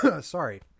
sorry